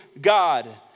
God